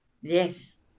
Yes